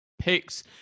Picks